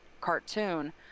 cartoon